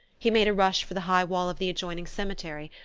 he made a rush for the high wall of the adjoining cemetery,